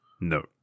No